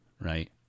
right